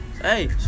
Hey